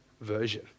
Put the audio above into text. version